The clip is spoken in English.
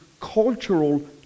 cultural